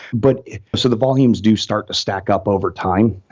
but so the volumes do start to stack up overtime,